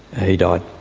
he died.